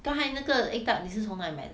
刚才那个 egg tart 你是从哪里买的